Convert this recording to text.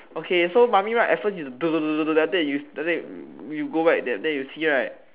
okay so mummy ride at first is then after that you go back then you see right